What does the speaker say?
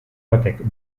batek